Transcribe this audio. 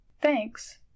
Thanks